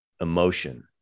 emotion